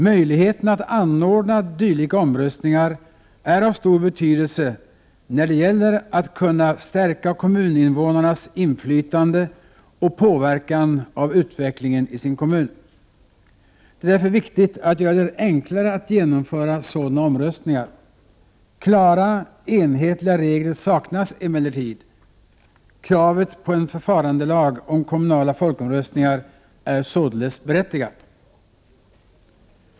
Möjligheterna att anordna dylika omröstningar är av stor betydelse när det gäller att kunna stärka kommuninvånarnas inflytande och påverkan av utvecklingen i sin kommun. Det är därför viktigt att göra det enklare att genomföra sådana omröstningar. Klara, enhetliga regler saknas emellertid. Kravet på en förfarandelag om kommunala folkomröstningar är således berättigat.